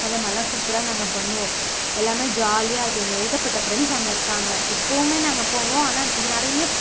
அதமாரியெல்லாம் சூப்பராக நாங்கள் பண்ணுவோம் எல்லாமே ஜாலியாக இருக்கும் அங்கே ஏகப்பட்ட ஃப்ரெண்ட்ஸ் அங்கே இருக்காங்க இப்போவுமே நாங்கள் போவோம் ஆனால் இங்கு நிறைய